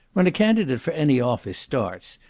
when a candidate for any office starts,